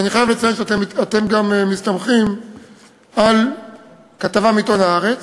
אני חייב לציין שאתם מסתמכים על כתבה בעיתון "הארץ".